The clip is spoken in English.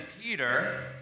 Peter